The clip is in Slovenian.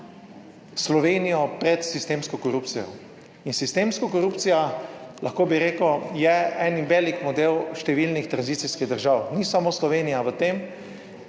Slovenijo pred sistemsko korupcijo. In sistemska korupcija, lahko bi rekel, je en velik model številnih tranzicijskih držav. Ni samo Slovenija v tem.